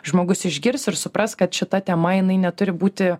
žmogus išgirs ir supras kad šita tema jinai neturi būti